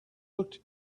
looked